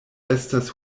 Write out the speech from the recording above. estas